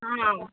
हां